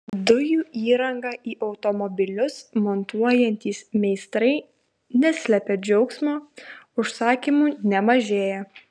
dujų įrangą į automobilius montuojantys meistrai neslepia džiaugsmo užsakymų nemažėja